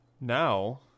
Now